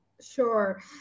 Sure